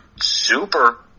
super